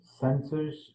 sensors